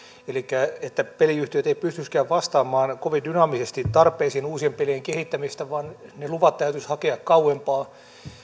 elikkä että peliyhtiöt eivät pystyisikään vastaamaan kovin dynaamisesti tarpeisiin uusien pelien kehittämisestä vaan ne luvat täytyisi hakea kauempaa